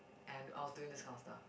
and I was doing this kind of stuff